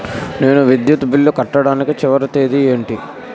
నేను విద్యుత్ బిల్లు కట్టడానికి చివరి తేదీ ఏంటి?